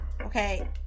Okay